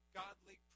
godly